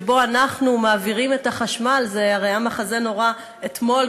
שבו אנחנו מעבירים את החשמל זה הרי היה מחזה נורא אתמול,